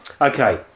Okay